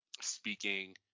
speaking